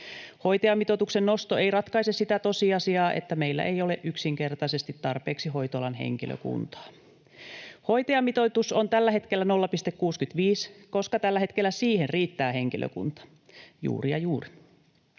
Hoitajamitoituksen nosto ei ratkaise sitä tosiasiaa, että meillä ei ole yksinkertaisesti tarpeeksi hoitoalan henkilökuntaa. Hoitajamitoitus on tällä hetkellä 0,65, koska tällä hetkellä siihen riittää henkilökunta, juuri ja juuri.